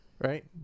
Right